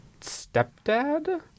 stepdad